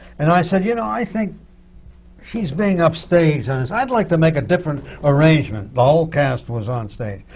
and i said, you know, i think he's being upstaged on this. i'd like to make a different arrangement. the whole cast was onstage.